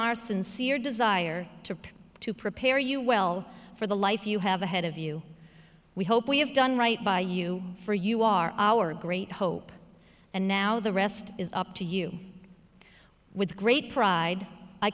our sincere desire to to prepare you well for the life you have ahead of you we hope we have done right by you for you are our great hope and now the rest is up to you with great pride i